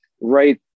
right